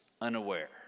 unaware